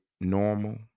normal